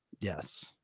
Yes